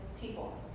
people